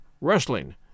wrestling